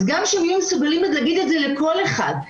אז גם שהם יהיו מסוגלים להגיד את זה לכל אחד,